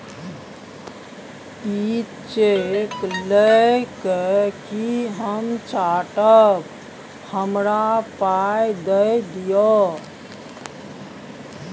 इ चैक लए कय कि हम चाटब? हमरा पाइ दए दियौ